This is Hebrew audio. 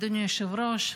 אדוני היושב-ראש,